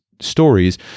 stories